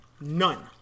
None